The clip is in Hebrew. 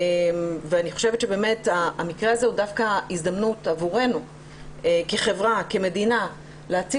אני חושבת שהמקרה הזה הוא דווקא הזדמנות עבורנו כחברה וכמדינה להציל